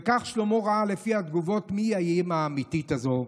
וכך שלמה ראה לפי התגובות מי האימא האמיתית הזו,